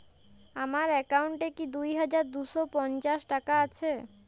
আমার অ্যাকাউন্ট এ কি দুই হাজার দুই শ পঞ্চাশ টাকা আছে?